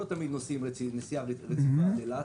שלא תמיד נושאים נסיעה רציפה לאילת,